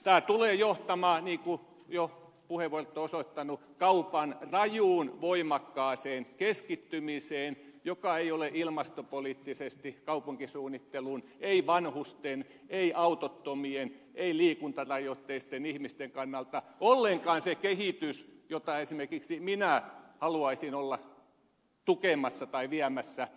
tämä tulee johtamaan niin kuin jo puheenvuorot ovat osoittaneet kaupan rajuun voimakkaaseen keskittymiseen joka ei ole ilmastopoliittisesti kaupunkisuunnittelun ei vanhusten ei autottomien ei liikuntarajoitteisten ihmisten kannalta ollenkaan se kehitys jota esimerkiksi minä haluaisin olla tukemassa tai viemässä eteenpäin